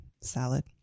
salad